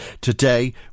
Today